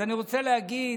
אני רוצה להגיד,